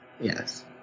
Yes